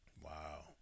Wow